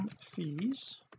fees